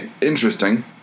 interesting